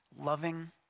loving